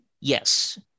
Yes